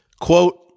Quote